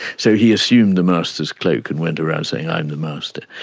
so he assumed the master's cloak and went around saying, i'm the master.